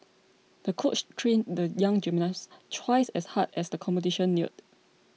the coach trained the young gymnast twice as hard as the competition neared